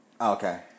Okay